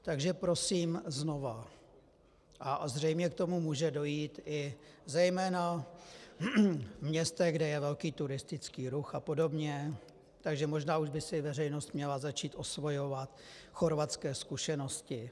Takže prosím znova, a zřejmě k tomu může dojít i zejména v městech, kde je velký turistický ruch apod., takže možná už by si veřejnost měla začít osvojovat chorvatské zkušenosti.